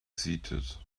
seated